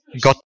got